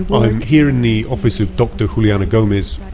like here in the office of dr juliana gomez,